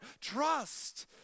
trust